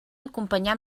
acompanyar